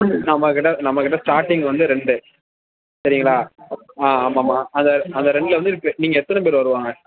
நம்மக்கிட்ட நம்மக்கிட்ட ஸ்டார்டிங் வந்து ரெண்டு சரிங்களா ஆ ஆமாம் ஆமாம் அந்த அந்த ரெண்டில் வந்து இருக்குது நீங்கள் எத்தனைப் பேர் வருவாங்கள்